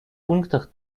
пунктах